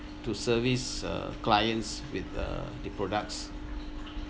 to service uh clients with uh the products